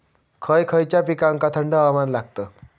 खय खयच्या पिकांका थंड हवामान लागतं?